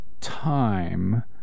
time